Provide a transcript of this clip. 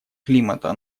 климата